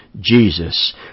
Jesus